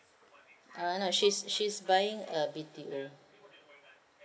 ah no she's she's buying a B_T_O